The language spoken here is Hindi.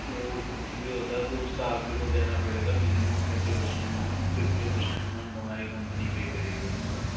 और कुछ भी होता है तो उसका आप ही को देना पड़ेगा minimum fifty percent amount fifty percent amount हमारी कंपनी पे करेगी उसका